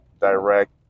direct